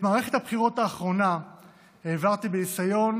את מערכת הבחירות האחרונה העברתי בניסיון,